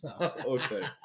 Okay